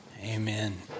Amen